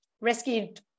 rescued